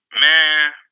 man